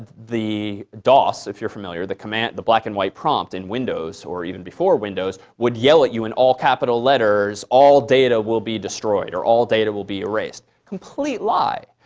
the dos if you're familiar, the command the black and white prompt in windows or even before windows would yell at you in all capital letters, all data will be destroyed or all data will be erased complete lie.